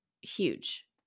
huge